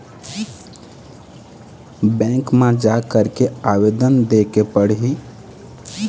मोला bill check ले हे बर का करना पड़ही ही?